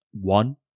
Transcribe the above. one